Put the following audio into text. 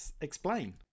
explain